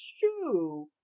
shoe